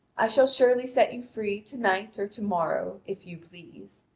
i shall surely set you free to-night or to-morrow, if you please.